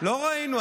לא ראינו.